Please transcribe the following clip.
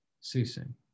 ceasing